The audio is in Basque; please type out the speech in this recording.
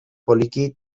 poliki